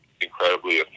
incredibly